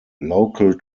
local